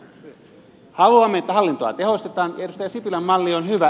haluamme että hallintoa tehostetaan ja edustaja sipilän malli on hyvä